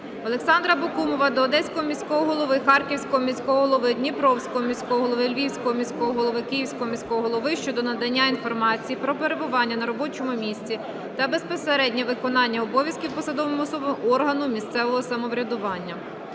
Олександра Бакумова до Одеського міського голови, Харківського міського голови, Дніпровського міського голови, Львівського міського голови, Київського міського голови щодо надання інформації про перебування на робочому місці та безпосереднього виконання обов'язків посадовими особами органу місцевого самоврядування.